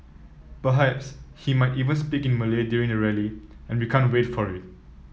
perhaps he might even speak in Malay during the rally and we can't wait for it